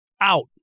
out